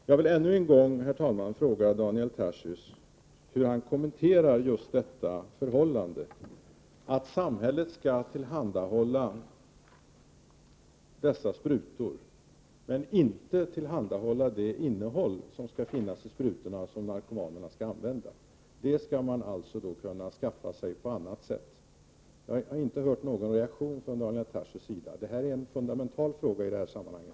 Jag vill ännu en gång, herr talman, fråga Daniel Tarschys hur han vill kommentera just det förhållandet att samhället skall tillhandahålla sprutor men inte det som skall finnas i de sprutor som narkomanerna skall använda. Innehållet skall narkomanerna alltså skaffa sig på ett annat sätt. Jag har inte märkt någon reaktion från Daniel Tarschys sida på detta. Men det här är en fundamental fråga i sammanhanget.